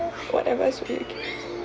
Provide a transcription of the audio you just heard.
whatever speak